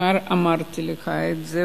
כבר אמרתי לך את זה,